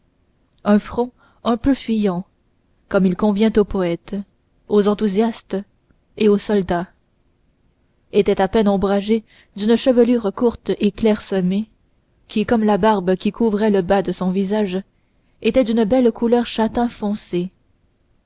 un front un peu fuyant comme il convient aux poètes aux enthousiastes et aux soldats était à peine ombragé d'une chevelure courte et clairsemée qui comme la barbe qui couvrait le bas de son visage était d'une belle couleur châtain foncé